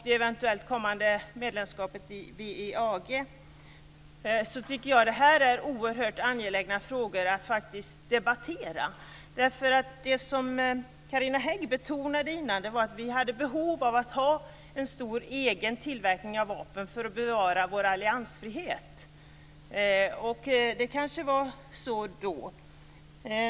WEAG, så tycker jag att detta är oerhört angelägna frågor att debattera. Det som Carina Hägg betonade var att vi hade behov att ha en stor egen tillverkning av vapen för att bevara vår alliansfrihet. Det kanske var så tidigare.